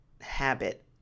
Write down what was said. habit